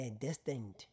destined